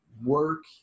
work